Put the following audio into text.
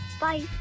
bye